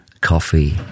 Coffee